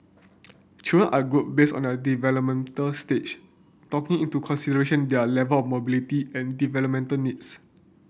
children are grouped based on their developmental stage talking into consideration their level mobility and developmental needs